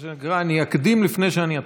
מה שנקרא, אני אקדים לפני שאני אתחיל.